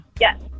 Yes